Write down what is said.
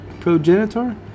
Progenitor